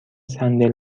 صندل